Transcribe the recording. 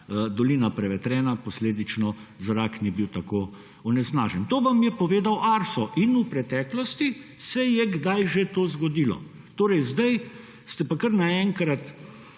dolina prevetrena, seveda posledično zrak ni bil tako onesnažen. To vam je povedal Arso in v preteklosti se je kdaj že to zgodilo. Zdaj ste pa kar naenkrat